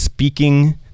Speaking